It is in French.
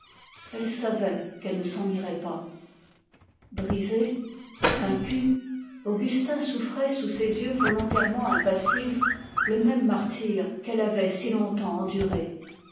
elle savait qu'elle ne s'en irait pas augustin souffrait sous ses yeux volontairement impassibles le même martyre qu'elle avait si longtemps enduré